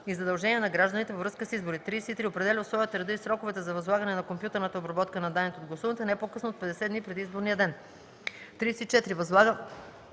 и задължения за гражданите във връзка с изборите; 33. определя условията, реда и сроковете за възлагане на компютърната обработка на данните от гласуването не по-късно от 50 дни преди изборния ден; 34. възлага